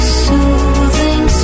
soothing